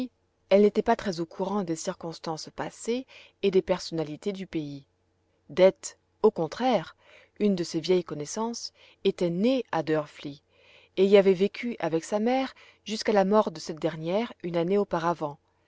elle n'était pas très au courant des circonstances passées et des personnalités du pays dete au contraire une de ses vieilles connaissances était née à drfli et y avait vécu avec sa mère jusqu'à la mort de cette dernière une année auparavant